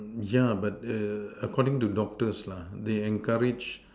yeah but err according to doctors lah they encourage